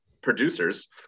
producers